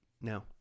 no